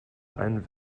ein